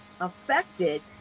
affected